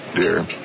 dear